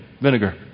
vinegar